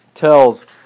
tells